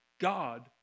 God